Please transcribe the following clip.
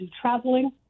traveling